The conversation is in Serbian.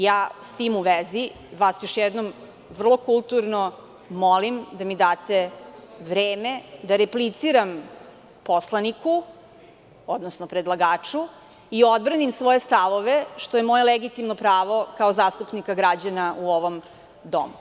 Ja s tim u vezi, vas još jednom vrlo kulturno molim da mi date vreme da repliciram poslaniku, odnosno predlagaču i odbranim svoje stavove što je moje legitimno pravo kao zastupnika građana u ovom domu.